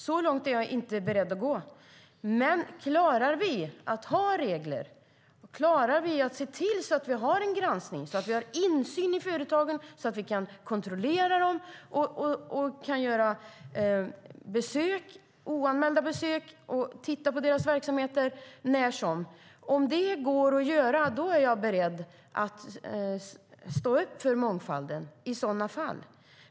Så långt är jag inte beredd att gå. Ser vi till att ha regler för och insyn i företagen så att vi kan kontrollera dem och göra oanmälda besök när som helst för att titta på verksamheten är jag beredd att stå upp för mångfalden.